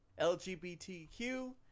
lgbtq